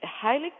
highly